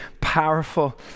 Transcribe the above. powerful